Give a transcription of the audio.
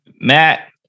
Matt